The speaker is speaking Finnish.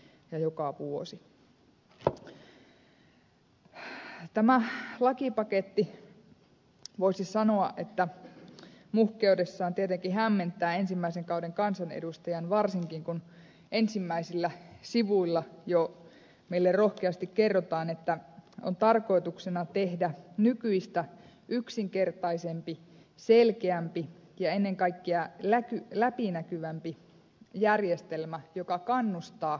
tämä lakipaketti voisi sanoa muhkeudessaan tietenkin hämmentää ensimmäisen kauden kansanedustajan varsinkin kun ensimmäisillä sivuilla jo meille rohkeasti kerrotaan että on tarkoituksena tehdä nykyistä yksinkertaisempi selkeämpi ja ennen kaikkea läpinäkyvämpi järjestelmä joka kannustaa kuntia